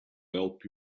help